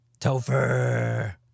Topher